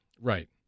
right